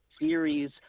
series